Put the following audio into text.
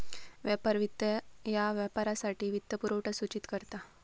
व्यापार वित्त ह्या व्यापारासाठी वित्तपुरवठा सूचित करता